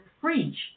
fridge